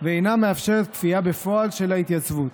ואינה מאפשרת כפייה בפועל של ההתייצבות.